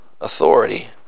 authority